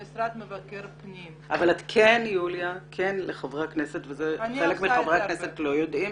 לחברי הכנסת וחלק מחברי הכנסת לא יודעים